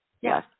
Yes